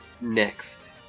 Next